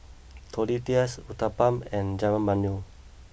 Tortillas Uthapam and Jajangmyeon